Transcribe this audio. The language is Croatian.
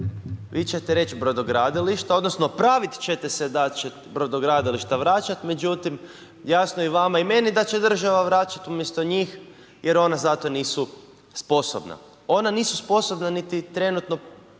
Vi ćete reći brodogradilišta, odnosno pravit ćete se da će brodogradilišta vraćat, međutim jasno je i vama i meni da će država vraćat umjesto njih jer ona za to nisu sposobna. Ona nisu sposobna niti trenutno